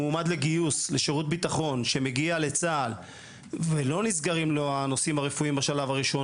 מלש"ב שמגיע לצה"ל ולא נסגרים לו הנושאים הרפואיים בשלב הראשון